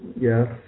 yes